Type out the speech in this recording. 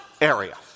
area